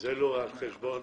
זה לא על חשבון